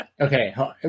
Okay